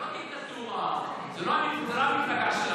זאת לא דיקטטורה, זו לא המפלגה שלכם,